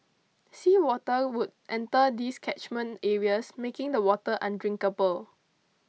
sea water would enter these catchment areas making the water undrinkable